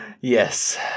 yes